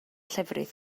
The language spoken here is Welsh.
llefrith